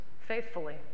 faithfully